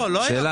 עלות הגיוס